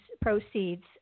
proceeds